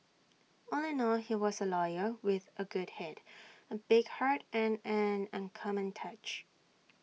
all in all he was A lawyer with A good Head A big heart and an uncommon touch